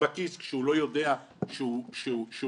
בכיס כשהוא לא יודע שהוא מוקפא.